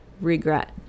regret